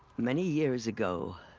many years ago.